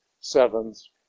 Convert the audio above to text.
sevens